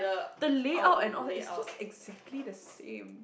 the layout and all is just exactly the same